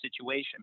situation